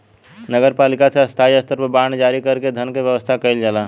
नगर पालिका से स्थानीय स्तर पर बांड जारी कर के धन के व्यवस्था कईल जाला